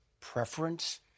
preference